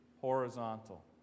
horizontal